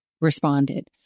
responded